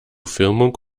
firmung